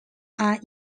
are